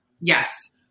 Yes